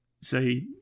say